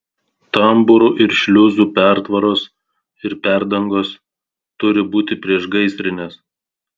tambūrų ir šliuzų pertvaros ir perdangos turi būti priešgaisrinės